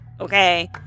okay